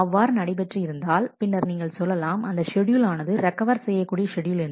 அவ்வாறு நடைபெற்று இருந்தால் பின்னர் நீங்கள் சொல்லலாம் அந்த ஷெட்யூல் ஆனது ரெக்கவர் செய்யகூடிய ஷெட்யூல் என்று